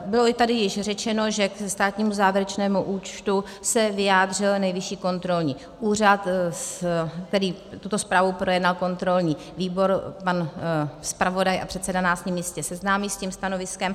Bylo tady již řečeno, ke státnímu závěrečnému účtu se vyjádřil Nejvyšší kontrolní úřad, tuto zprávu projednal kontrolní výbor, pan zpravodaj a předseda nás jistě seznámí se stanoviskem.